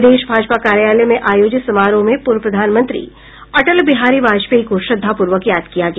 प्रदेश भाजपा कार्यालय में आयोजित समारोह में पूर्व प्रधानमंत्री अटल बिहारी वाजपेयी को श्रद्धापूर्वक याद किया गया